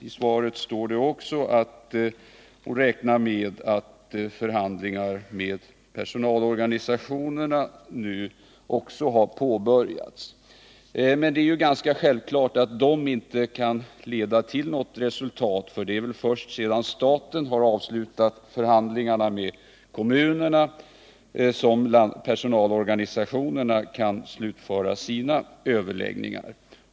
I svaret på min fråga framhålls också att statsrådet räknar med att förhandlingar med personalorganisationerna nu har påbörjats. Men det är ganska självklart att de inte kan leda till något resultat, eftersom det är först sedan staten har avslutat förhandlingarna med kommunerna som överläggningarna med personalorganisationerna kan slutföras.